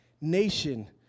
nation